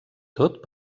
tot